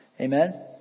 Amen